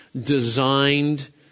designed